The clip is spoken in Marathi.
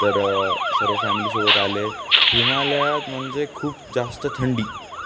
तर सर्व फॅमिलीसोबत आले हिमालयात म्हणजे खूप जास्त थंडी